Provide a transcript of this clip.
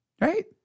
Right